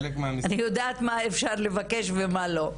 אני יודעת מה אפשר לבקש ומה לא.